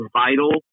vital